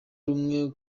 rumwe